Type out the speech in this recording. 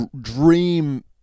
dream